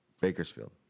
Bakersfield